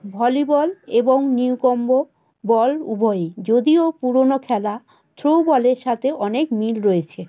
volleyball এবং Newcomb ball উভয়ই যদিও পুরোনো খেলা থ্রোবলের সাথে অনেক মিল রয়েছে